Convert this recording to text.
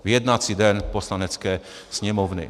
V jednací den Poslanecké sněmovny.